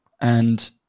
and-